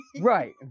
Right